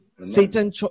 Satan